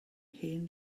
hen